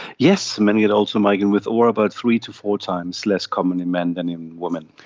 yes, men get also migraine with aura, but three to four times less common in men than in women.